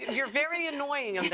you're very annoying on the